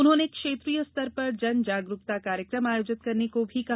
उन्होंने क्षेत्रीय स्तर पर जन जागरूकता कार्यक्रम आयोजित करने को भी कहा